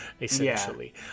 essentially